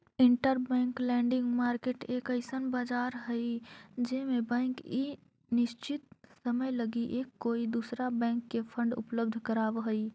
interbank lending market एक अइसन बाजार हई जे में बैंक एक निश्चित समय लगी एक कोई दूसरा बैंक के फंड उपलब्ध कराव हई